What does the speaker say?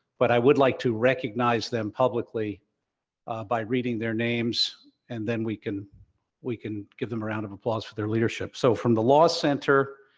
but i would like to recognize them publicly by reading their names and then we can we can give them a round of applause for their leadership. so, from the law center,